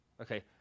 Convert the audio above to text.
Okay